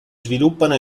sviluppano